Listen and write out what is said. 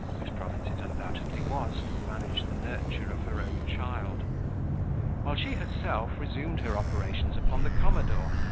whose province it undoubtedly was to manage the nurture of her own child while she herself resumed her operations upon the commodore,